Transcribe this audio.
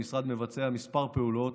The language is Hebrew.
המשרד מבצע כמה פעולות